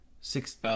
six